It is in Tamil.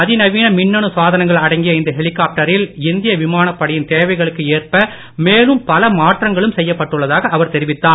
அதிநவீன மின்னணு சாதனங்கள் அடங்கிய இந்த ஹெலிகாப்டர்களில் இந்திய விமானப் படையின் தேவைகளுக்கு ஏற்ப மேலும் பல மாற்றங்களும் செய்யப்பட்டுள்ளதாக அவர் தெரிவித்தார்